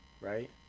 right